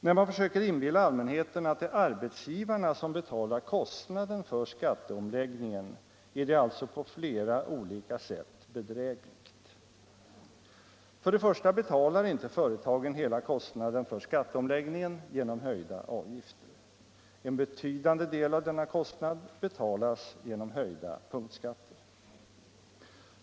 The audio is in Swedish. När man försöker inbilla allmänheten att det är arbetsgivarna som betalar kostnaden för skatteomläggningen är det alltså på flera olika sätt bedrägligt. För det första betalar inte företagen hela kostnaden för skatteomläggningen genom höjda avgifter. En betydande del av denna kostnad betalas genom höjda punktskatter.